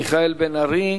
חבר הכנסת מיכאל בן-ארי,